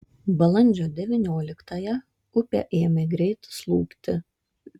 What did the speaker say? balandžio devynioliktąją upė ėmė greit slūgti